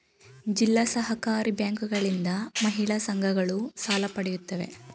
ಜಿಲ್ಲಾ ಸಹಕಾರಿ ಬ್ಯಾಂಕುಗಳಿಂದ ಮಹಿಳಾ ಸಂಘಗಳು ಸಾಲ ಪಡೆಯುತ್ತವೆ